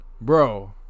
Bro